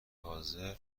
حاضر